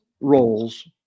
roles